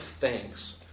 thanks